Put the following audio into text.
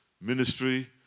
ministry